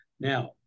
Now